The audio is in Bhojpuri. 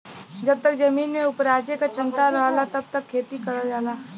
जब तक जमीन में उपराजे क क्षमता रहला तब तक खेती करल जाला